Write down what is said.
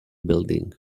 building